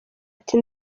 ati